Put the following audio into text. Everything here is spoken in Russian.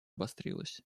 обострилась